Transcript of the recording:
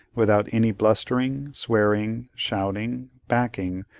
without any blustering, swearing, shouting, backing,